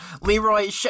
Leroy